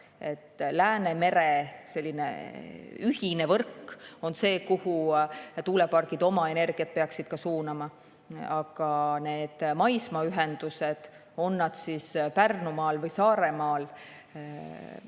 selline ühine võrk on see, kuhu tuulepargid oma energiat peaksid suunama. Aga maismaaühendused, on need siis Pärnumaal või Saaremaal,